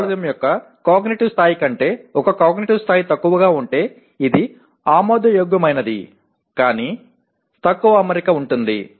ఇది కోర్సు ఫలితం యొక్క కాగ్నిటివ్ స్థాయి కంటే ఒక కాగ్నిటివ్ స్థాయి తక్కువగా ఉంటే అది ఆమోదయోగ్యమైనది కానీ తక్కువ అమరిక ఉంటుంది